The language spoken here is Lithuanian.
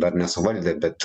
dar nesuvaldė bet